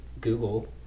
Google